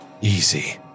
easy